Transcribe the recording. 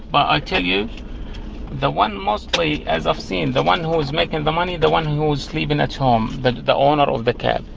but i tell you the one mostly as i've seen, the one who is making the money is the one who is sleeping at home, the the owner of the cab,